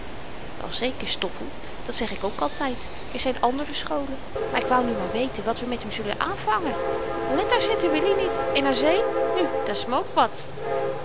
wel zeker stoffel dat zeg ik ook altyd er zyn andere scholen maar ik wou nu maar weten wat we met m zullen aanvangen letterzetten wil i niet en naar zee nu